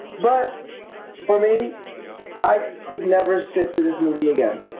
but for me i could never sit through this movie again.